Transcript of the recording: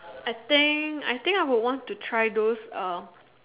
I think I think I would want to try those uh